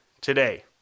today